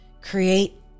create